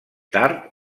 tars